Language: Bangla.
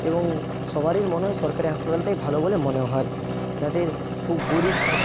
এবং সবারই মনে হয় সরকারি হাসপাতালটাই ভালো বলে মনে হয় যাদের খুব গরিব